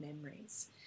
memories